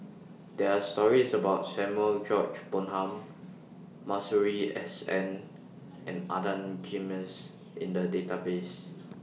There Are stories about Samuel George Bonham Masuri S N and Adan Jimenez in The databases